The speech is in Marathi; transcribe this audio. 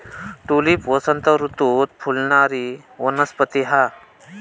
ट्यूलिप वसंत ऋतूत फुलणारी वनस्पती हा